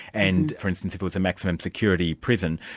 and for instance, if it was a maximum security prison,